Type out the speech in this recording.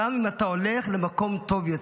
גם אם אתה הולך למקום טוב יותר.